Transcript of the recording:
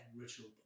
ritual